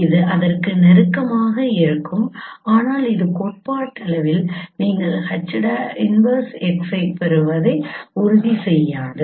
அது அதற்கு நெருக்கமாக இருக்கும் ஆனால் அது கோட்பாட்டளவில் நீங்கள் H 1x பெறுவதை உறுதி செய்யாது